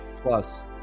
Plus